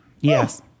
Yes